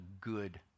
good